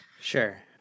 sure